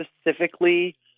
specifically